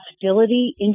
hostility